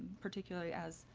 particularly as,